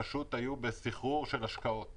היו בסחרור של השקעות